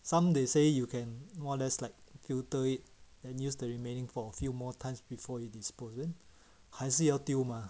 some they say you can more or less like filter it then use the remaining for a few more times before you dispose 还是要丢 mah